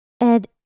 Add